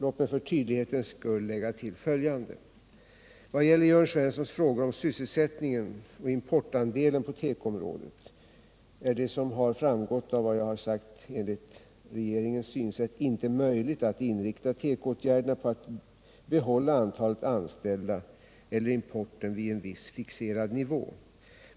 Låt mig för tydlighets skull lägga till följande. Vad gäller Jörn Svenssons frågor om sysselsättningen och importandelen på tekoområdet är det, som har framgått av vad jag har sagt, enligt regeringens synsätt inte möjligt att inrikta tekoåtgärderna på att behålla antalet anställda eller importen vid en viss fixerad nivå.